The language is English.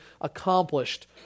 accomplished